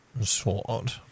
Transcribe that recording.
sword